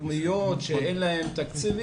הקושי של המועצות המקומיות שאין להן תקציבים.